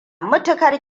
matuƙar